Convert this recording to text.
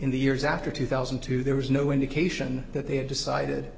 in the years after two thousand and two there was no indication that they had decided